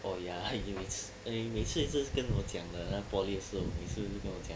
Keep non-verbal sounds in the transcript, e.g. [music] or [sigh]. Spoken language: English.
oh ya [laughs] 你每次你每次一直跟我讲的 poly 的时候每次跟我讲